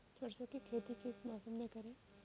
सरसों की खेती किस मौसम में करें?